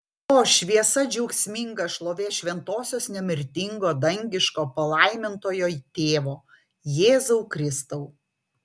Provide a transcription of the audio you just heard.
o šviesa džiaugsminga šlovės šventosios nemirtingo dangiško palaimintojo tėvo jėzau kristau